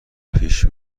پیش